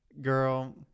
Girl